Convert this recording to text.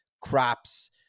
crops